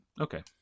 Okay